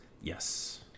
Yes